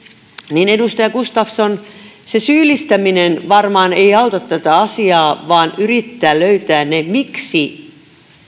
niin edustaja gustafsson se syyllistäminen varmaan ei auta tätä asiaa vaan pitää yrittää löytää se miksi